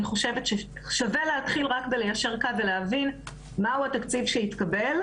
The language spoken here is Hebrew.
אני חושבת ששווה להתחיל רק בליישר קו ולהבין מהו התקציב שהתקבל,